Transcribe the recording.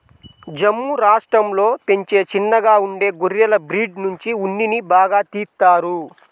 జమ్ము రాష్టంలో పెంచే చిన్నగా ఉండే గొర్రెల బ్రీడ్ నుంచి ఉన్నిని బాగా తీత్తారు